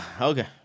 okay